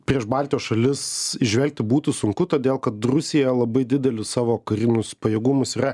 prieš baltijos šalis įžvelgti būtų sunku todėl kad rusija labai didelius savo karinius pajėgumus yra